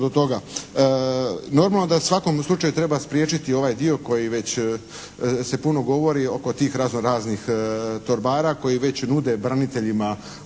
do toga. Normalno da u svakom slučaju treba spriječiti ovaj dio koji već se puno govori oko tih razno raznih torbara koji već nude braniteljima